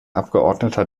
abgeordneter